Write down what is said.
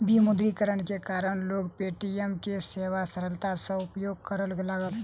विमुद्रीकरण के कारण लोक पे.टी.एम के सेवा सरलता सॅ उपयोग करय लागल